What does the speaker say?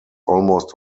almost